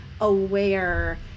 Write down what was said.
aware